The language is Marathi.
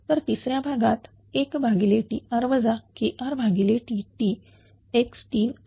तर तिसऱ्या भागात 1Tr KrTt x3